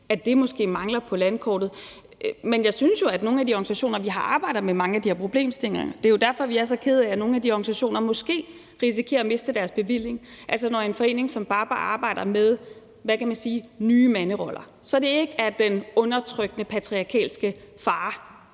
at det måske mangler på landkortet, men jeg synes jo, at nogle af de organisationer, vi har, arbejder med mange af de her problemstillinger. Det er jo derfor, vi er så kede af, at nogle af de organisationer måske risikerer mister deres bevilling. Altså, det er f.eks. en forening som Baba, der arbejder med – hvad kan man sige – nye manderoller, så det ikke er den undertrykkende patriarkalske far,